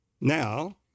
Now